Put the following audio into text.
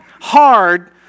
hard